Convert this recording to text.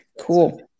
Cool